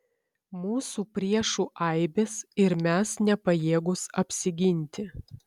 mūsų priešų aibės ir mes nepajėgūs apsiginti